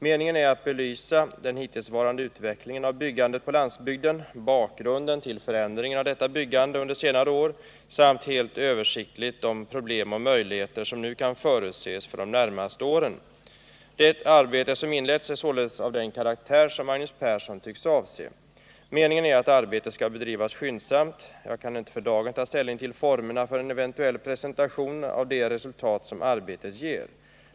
Meningen är att belysa den hittillsvarande utvecklingen av byggandet på landsbygden, bakgrunden till förändringen av detta byggande under senare år samt helt översiktligt de problem och möjligheter som nu kan förutses för de närmaste åren. Det arbete som inletts är således av den karaktär som Magnus Persson tycks avse. Meningen är att arbetet skall bedrivas skyndsamt. Jag kan inte för dagen ta ställning till formerna för en eventuell presentation av de resultat som arbetet ger.